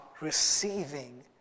receiving